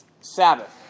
Sabbath